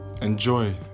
Enjoy